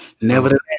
Nevertheless